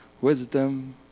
wisdom